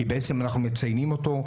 כי בעצם אנחנו מציינים אותו,